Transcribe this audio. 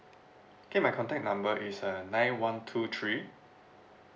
okay my contact number is uh nine one two three